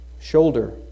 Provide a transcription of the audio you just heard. shoulder